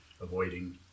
avoiding